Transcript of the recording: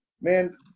man